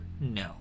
No